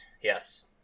yes